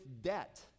debt